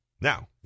Now